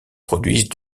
produisent